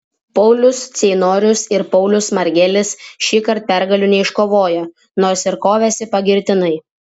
paulius ceinorius ir paulius margelis šįkart pergalių neiškovojo nors ir kovėsi pagirtinai